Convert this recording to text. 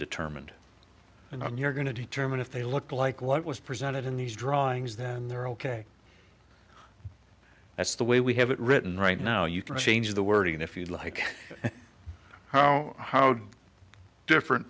determined and i'm you're going to determine if they look like what was presented in these drawings then they're ok that's the way we have it written right now you can change the wording if you like how how different